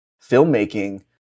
filmmaking